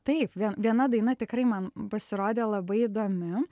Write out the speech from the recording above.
taip vie viena daina tikrai man pasirodė labai įdomi